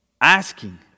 asking